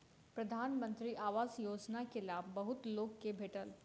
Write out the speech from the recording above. प्रधानमंत्री आवास योजना के लाभ बहुत लोक के भेटल